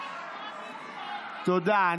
תודה.